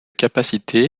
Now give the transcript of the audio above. capacité